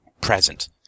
present